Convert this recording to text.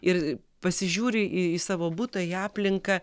ir pasižiūri į savo butą į aplinką